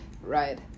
Right